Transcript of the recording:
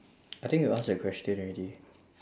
I think you ask that question already